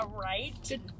Right